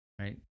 right